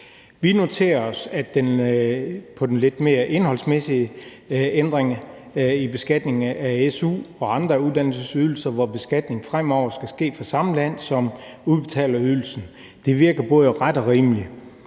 Vi noterer os på den lidt mere indholdsmæssige del, at ændringen i beskatning af su og andre uddannelsesydelser, hvor beskatning fremover skal ske fra samme land, som ydelsen udbetales fra, virker både ret og rimelig.